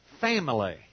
family